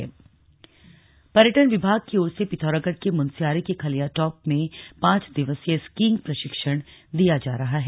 skiing प्रशिक्षण पर्यटन विभाग की ओर से पिथौरागढ़ के मुनस्यारी के खलियाटॉप में पांच दिवसीय स्कीइंग प्रशिक्षण दिया जा रहा है